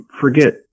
forget